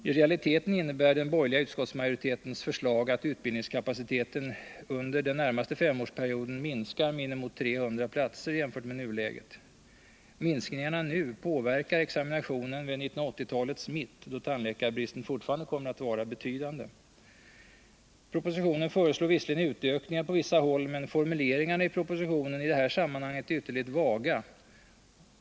I realiteten innebär den borgerliga utskottsmajoritetens förslag att utbildningskapaciteten under den närmaste femårsperioden minskar med inemot 300 platser jämfört med nuläget. Minskningarna nu påverkar examinationen vid 1980-talets mitt, då tandläkarbristen fortfarande kommer att vara betydande. Propositionen föreslår visserligen utökningar på vissa håll, men formuleringarna i propositionen i det här sammanhanget är ytterligt vaga.